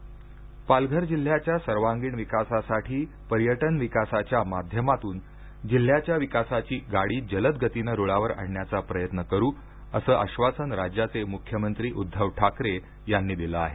मुख्यमंत्री पालघर जिल्ह्याच्या सर्वांगीण विकासासाठी पर्यटन विकासाच्या माध्यमातून जिल्ह्याच्या विकासाची गाडी जलद गतीन रुळावर आणण्याचा प्रयत्न करू असं आश्वासन राज्याचे मुख्यमंत्री उद्घव ठाकरे यांनी दिलं आहे